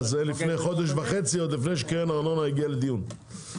לפני חודש וחצי, לפני שקרן הארנונה הגיעה לדיון.